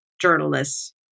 journalists